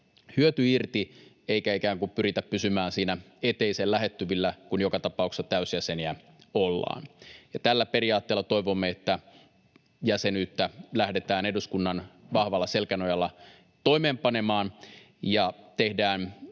hyöty irti eikä ikään kuin pyritä pysymään siinä eteisen lähettyvillä, kun joka tapauksessa täysjäseniä ollaan. Toivomme, että tällä periaatteella lähdetään jäsenyyttä eduskunnan vahvalla selkänojalla toimeenpanemaan ja tehdään